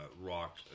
rock